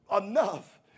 enough